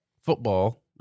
football